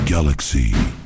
Galaxy